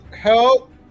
help